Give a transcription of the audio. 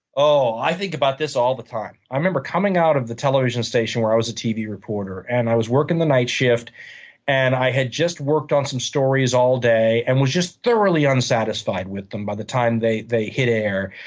oh, i think about this all the time. i remember coming out of the television television station where i was a tv reporter. and i was working the night shift and i had just worked on some stories all day, and was just thoroughly unsatisfied with them by the time they they hit air.